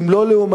אם לא לאומנית.